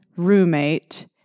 roommate